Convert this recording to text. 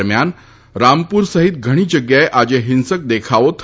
દરમ્યાન રામપુર સહિત ઘણી જગ્યાએ આજે હિંસક દેખાવો થયા હતા